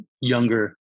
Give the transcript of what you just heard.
younger